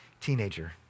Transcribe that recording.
teenager